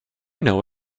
know